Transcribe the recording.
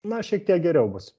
na šiek tiek geriau bus